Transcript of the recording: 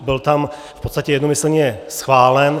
Byl tam v podstatě jednomyslně schválen.